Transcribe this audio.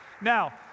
Now